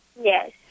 Yes